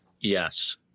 Yes